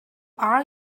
are